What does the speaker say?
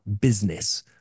business